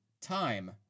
time